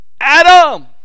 Adam